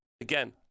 again